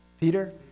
Peter